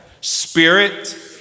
Spirit